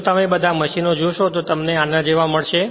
જો તમે બધા મશીનો જોશો તો તમને આના જેવા મળશે